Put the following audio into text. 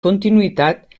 continuïtat